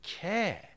care